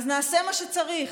אז נעשה מה שצריך,